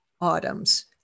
autumns